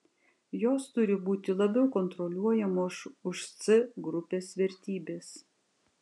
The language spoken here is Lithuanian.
jos turi būti labiau kontroliuojamos už c grupės vertybes